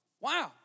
Wow